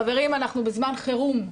חברים, אנחנו בזמן חירום,